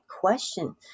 question